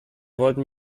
wollten